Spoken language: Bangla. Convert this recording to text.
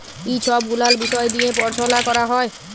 ই ছব গুলাল বিষয় দিঁয়ে পরাশলা ক্যরা হ্যয়